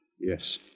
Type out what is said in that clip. Yes